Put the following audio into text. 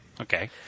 Okay